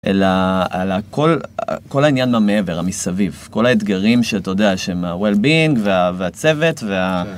אלא על כל העניין המעבר, המסביב, כל האתגרים שאתה יודע שהם ה-Well-Being והצוות וה...